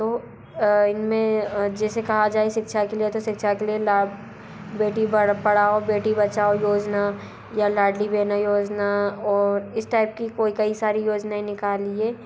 तो इन में जेसे कहा जाए शिक्षा के लिए तो शिक्षा के लिए लाभ बेटी पढ़ाओ बेटी बचाओ योजना या लाड़ली बहना योजना और इस टाइप की कोई कई सारी योजनाएं निकाली है